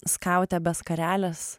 skautė be skarelės